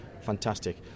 fantastic